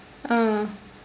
ah